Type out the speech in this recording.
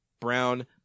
brown